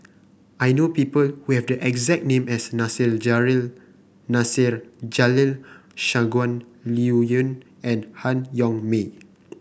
I know people who have the exact name as Nasir Jalil Nasir Jalil Shangguan Liuyun and Han Yong May